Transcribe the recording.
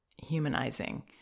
humanizing